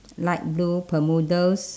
light blue bermudas